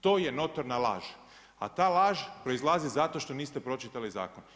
To je notorna laž, a ta laž proizlazi zato što niste pročitali zakon.